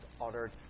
uttered